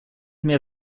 mehr